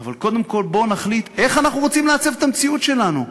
אבל קודם כול בואו נחליט איך אנחנו רוצים לעצב את המציאות שלנו.